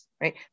Right